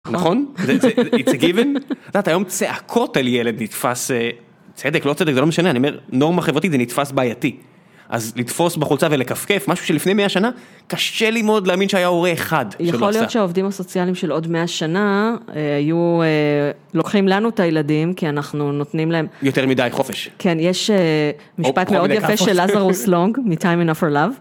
נכון? It's a given? אתה יודע, היום צעקות על ילד נתפס... צדק, לא צדק, זה לא משנה. אני אומר, נורמה חברותית זה נתפס בעייתי. אז לתפוס בחולצה ולכפכף, משהו שלפני מאה שנה, קשה לי מאוד להאמין שהיה הורה אחד שלא עשה. יכול להיות שהעובדים הסוציאליים של עוד מאה שנה, היו... לוקחים לנו את הילדים, כי אנחנו נותנים להם... יותר מדי חופש. כן, יש משפט מאוד יפה של לזרוס לונג, מ-Time enough for love.